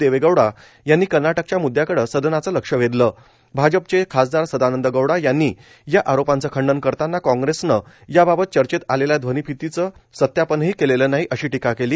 देवेगौडा यांनी कर्नाटकच्या म्दृद्याकडे सदनाचं लक्ष वेधलं भाजपचे खासदार सदानंद गौडा यांनी या आरोपांचं खंडन करताना काँग्रेसनं याबाबत चर्चेत आलेल्या ध्वनिफीतीचं सत्यापनही केलेलं नाही अशी टीका केली